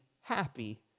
happy